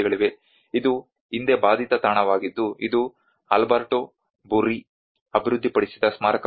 ಇದು ಹಿಂದೆ ಬಾಧಿತ ತಾಣವಾಗಿದ್ದು ಇದು ಆಲ್ಬರ್ಟೊ ಬುರ್ರಿ ಅಭಿವೃದ್ಧಿಪಡಿಸಿದ ಸ್ಮಾರಕವಾಗಿದೆ